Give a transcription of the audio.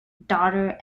daughter